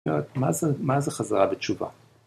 ‫מה זה, מה זה חזרה בתשובה?